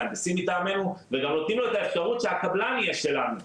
מהנדסים טעמנו וגם נותנים לו את האפשרות שהקבלן יהיה שלנו,